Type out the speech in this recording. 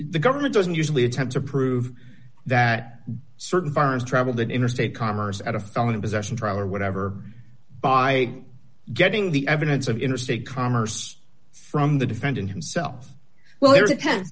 the government doesn't usually attempt to prove that certain foreign travel that interstate commerce at a felony possession trial or whatever by getting the evidence of interstate commerce from the defendant himself well it depends